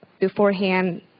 beforehand